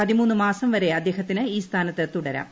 പതിമൂന്ന് മാസം വരെ അദ്ദേഹത്തിന് ഈ സ്ഥാനത്ത് തുടരാം